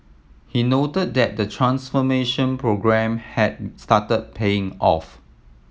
he noted that the transformation programme has started paying off